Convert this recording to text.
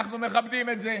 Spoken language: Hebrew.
אנחנו מכבדים את זה,